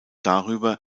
darüber